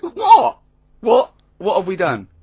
what? what? what have we done?